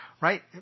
right